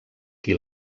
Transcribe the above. qui